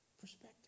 Perspective